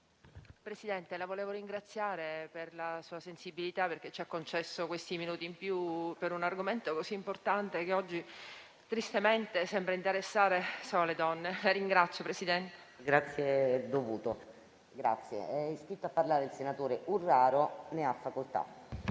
Presidente, la volevo ringraziare per la sua sensibilità, perché ci ha concesso dei minuti in più su un argomento così importante che oggi tristemente sembra interessare solo le donne. PRESIDENTE. Era dovuto. È iscritto a parlare il senatore Urraro. Ne ha facoltà.